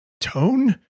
tone